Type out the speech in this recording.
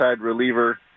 reliever